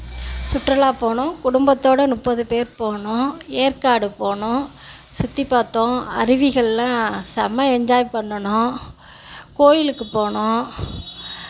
சுற்றுலா போனோம் குடும்பத்ததோடு முப்பது பேர் போனோம் ஏற்காடு போனோம் சுற்றி பார்த்தோம் அருவிகள்லாம் செம்ம என்ஜாய் பண்ணுனோம் கோயிலுக்கு போனோம்